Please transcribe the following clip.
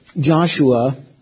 Joshua